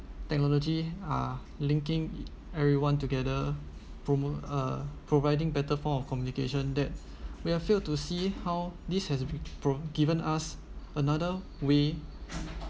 technology are linking everyone together promote uh providing better form of communication that we have failed to see how this has pro given us another way